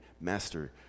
Master